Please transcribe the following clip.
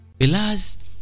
Alas